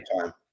time